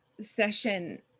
session